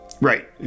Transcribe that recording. Right